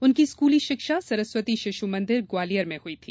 उनकी स्कूली शिक्षा सरस्वती शिशु मंदिर ग्वालियर में हुई थी